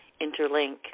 interlink